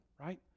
right